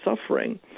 suffering